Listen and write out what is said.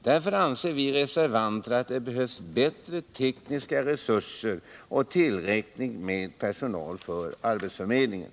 Därför anser vi reservanter att det behövs bättre tekniska resurser och mera personal vid arbetsförmedlingen.